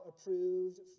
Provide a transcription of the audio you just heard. approved